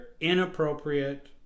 inappropriate